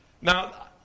Now